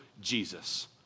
Jesus